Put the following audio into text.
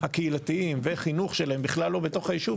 הקהילתיים וחינוך שלהם בכלל לא בתוך הישוב,